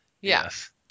Yes